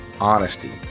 honesty